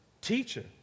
Teacher